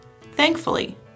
Thankfully